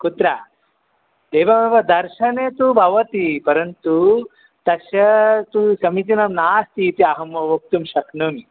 कुत्र एवमेव दर्शने तु भवति परन्तु तस्य तु समीचीनं नास्ति इति अहं वक्तुं शक्नोमि